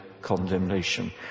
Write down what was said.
condemnation